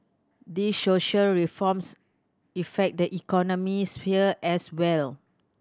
they social reforms effect the economic sphere as well